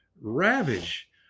ravage